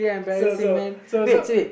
so so so so